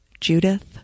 Judith